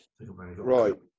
right